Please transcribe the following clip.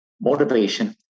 motivation